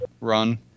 run